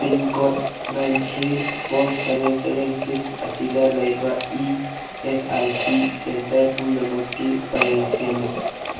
pin code nine three four seven seven six ꯑꯁꯤꯗ ꯂꯩꯕ E S I C centre ꯄꯨꯝꯅꯃꯛꯀꯤ ꯄꯔꯦꯡ ꯁꯦꯝꯃꯨ